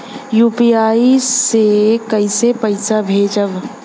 UPI से कईसे पैसा भेजब?